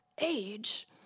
age